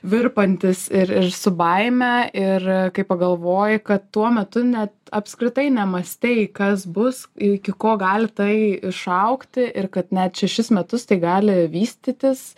virpantis ir ir su baime ir kai pagalvoji kad tuo metu ne apskritai nemąstei kas bus iki ko gali tai išaugti ir kad net šešis metus tai gali vystytis